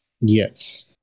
Yes